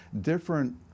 different